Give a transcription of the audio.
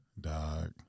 Dog